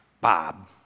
Bob